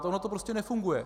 Ono to prostě nefunguje.